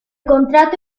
contrato